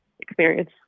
experience